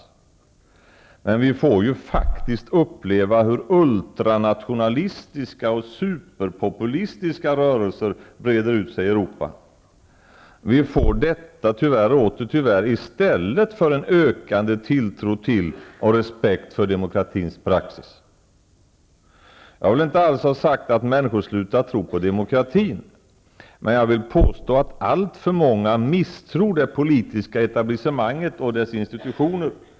Vi får ju faktiskt uppleva hur ultranationalistiska och superpopulistiska rörelser breder ut sig i Europa. Vi får detta, tyvärr och återigen tyvärr, i stället för en ökande tilltro till och respekt för demokratins praxis. Jag vill inte alls ha sagt att människor har slutat tro på demokratin. Men jag vill påstå att alltför många misstror det politiska etablissemanget och dess institutioner.